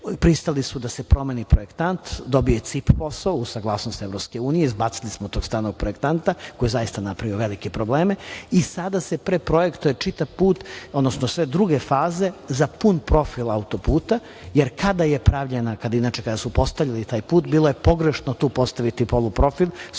pristali su da se promeni projektant, dobio je CIP posao, uz saglasnost EU, izbacili smo tog stalnog projektanta, koji je zaista napravio velike probleme i sada se preprojektuje čitav put, odnosno sve druge faze za pun profil autoputa, jer kada su postavili taj put, bilo je pogrešno postaviti tu poluprofil